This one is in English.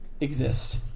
exist